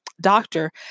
doctor